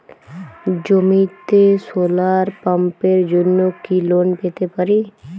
জমিতে সোলার পাম্পের জন্য কি লোন পেতে পারি?